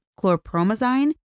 chlorpromazine